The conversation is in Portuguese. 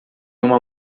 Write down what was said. uma